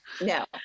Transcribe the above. No